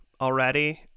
already